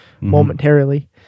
momentarily